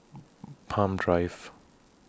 Palm Drive